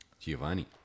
Giovanni